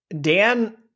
Dan